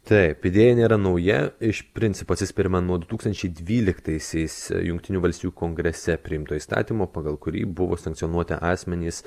taip idėja nėra nauja iš principo atsispiriama nuo du tūkstančiai dvyliktaisiais jungtinių valstijų kongrese priimto įstatymo pagal kurį buvo sankcionuoti asmenys